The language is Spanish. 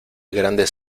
grandes